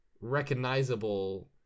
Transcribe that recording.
recognizable